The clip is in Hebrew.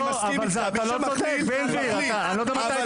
יש